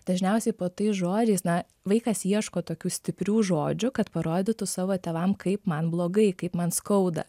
dažniausiai po tais žodžiais na vaikas ieško tokių stiprių žodžių kad parodytų savo tėvam kaip man blogai kaip man skauda